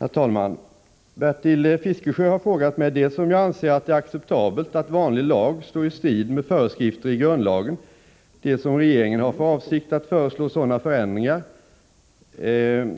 Herr talman! Bertil Fiskesjö har frågat mig dels om jag anser att det är acceptabelt att vanlig lag står i strid med föreskrifter i grundlagen, dels om regeringen har för avsikt att föreslå sådana förändringar